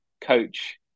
coach